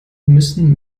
müssen